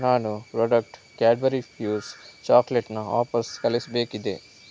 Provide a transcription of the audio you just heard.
ನಾನು product Cadbury's Fuse ಚಾಕ್ಲೇಟನ್ನ ವಾಪಸ್ ಕಳಿಸಬೇಕಿದೆ